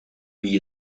wie